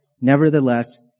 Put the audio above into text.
nevertheless